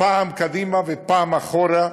פעם קדימה ופעם אחורה,